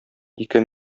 ике